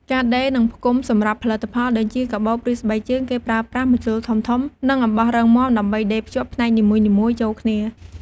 ការដេរ និងផ្គុំ សម្រាប់ផលិតផលដូចជា កាបូប ឬស្បែកជើង គេប្រើប្រាស់ម្ជុលធំៗ និងអំបោះរឹងមាំដើម្បីដេរភ្ជាប់ផ្នែកនីមួយៗចូលគ្នា។